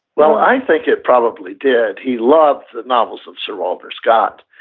well, i think it probably did. he loved the novels of sir walter scott,